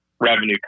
revenue